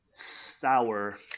sour